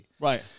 Right